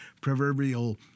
proverbial